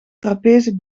trapeze